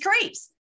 creeps